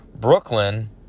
Brooklyn